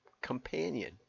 companion